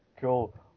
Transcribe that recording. Cool